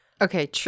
Okay